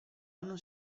anno